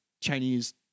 Chinese